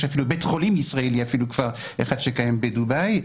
יש אפילו בית חולים ישראלי שקיים בדובאי,